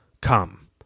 come